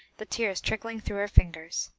the tears trickling through her fingers.